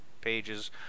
pages